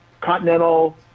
Continental